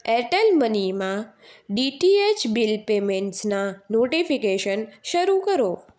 Airtel મનીમાં DTH bill પેમેંટસનાં notification શરૂ કરો